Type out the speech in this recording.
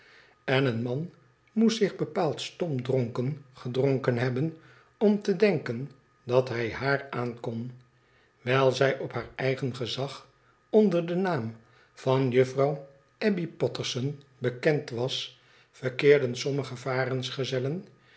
en een man moest zich bepaald stomdronken gedronken hebben om te denken dat hij haar aan kon wijl zij op haar eigen gezag onder den naam van juffrouw abbey potterson bekend was verkeerden sommige